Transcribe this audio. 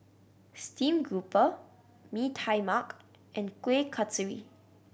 stream grouper Mee Tai Mak and Kuih Kasturi